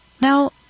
Now